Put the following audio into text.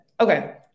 Okay